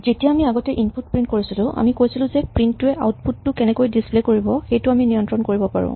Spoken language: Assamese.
যেতিয়া আমি আগতে ইনপুট প্ৰিন্ট কৰিছিলো আমি কৈছিলো যে প্ৰিন্ট টোৱে আউটপুট টো কেনেকৈ ডিচপ্লে কৰিব সেইটো আমি নিয়ন্ত্ৰণ কৰিব পাৰো